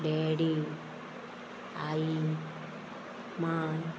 daddy आई मां